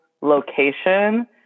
location